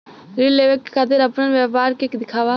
ऋण लेवे के खातिर अपना व्यापार के दिखावा?